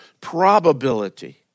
probability